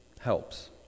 helps